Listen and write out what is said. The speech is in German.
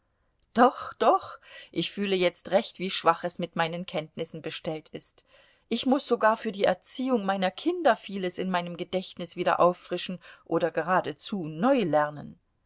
doch doch ich fühle jetzt recht wie schwach es mit meinen kenntnissen bestellt ist ich muß sogar für die erziehung meiner kinder vieles in meinem gedächtnis wieder auffrischen oder geradezu neu lernen